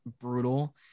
brutal